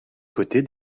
côté